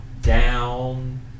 down